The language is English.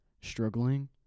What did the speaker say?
struggling